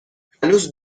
هنوز